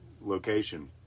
location